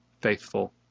faithful